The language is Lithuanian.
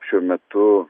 šiuo metu